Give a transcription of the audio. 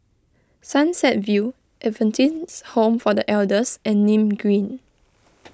Sunset View Adventist Home for the Elders and Nim Green